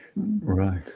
Right